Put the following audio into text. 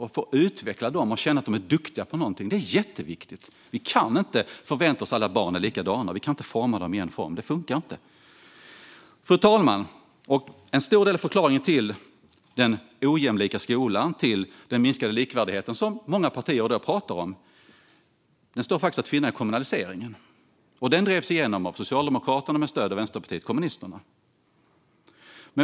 Att de får utveckla dem och känna att de är duktiga på någonting är jätteviktigt. Vi kan inte förvänta oss att alla barn är likadana. Vi kan inte forma dem i en form. Det funkar inte. Fru talman! En stor del av förklaringen till den ojämlika skola och den minskade likvärdighet som många partier i dag pratar om står att finna i kommunaliseringen. Den drevs igenom av Socialdemokraterna med stöd av Vänsterpartiet kommunisterna.